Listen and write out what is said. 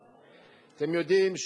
אתה מייד אחרי בילסקי.